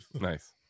Nice